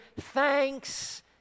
thanks